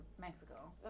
Mexico